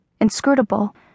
inscrutable